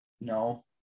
no